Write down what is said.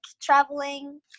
traveling